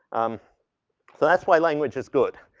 um so, that's why language is good.